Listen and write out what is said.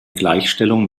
gleichstellung